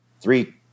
three